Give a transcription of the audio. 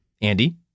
Andy